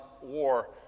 War